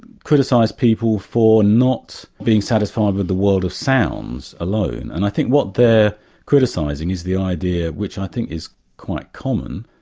criticised people for not being satisfied with the world of sounds alone. and i think what they're criticising is the idea which i think is quite common,